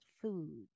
food